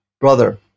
brother